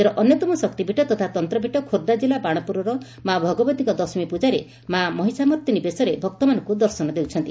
ରାଜ୍ୟର ଅନ୍ୟତମ ଶକ୍ତିପୀଠ ତଥା ତନ୍ତପୀଠ ଖୋର୍ବ୍ଧା ଜିଲ୍ଲା ବାଣପୁରର ମା' ଭଗବତୀଙ୍କ ଦଶମୀ ପୂକାରେ ମା' ମହିଷାମର୍ଦ୍ଦନୀ ବେଶରେ ଭକ୍ତମାନଙ୍କୁ ଦର୍ଶନ ଦେଉଛନ୍ତି